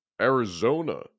Arizona